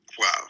Wow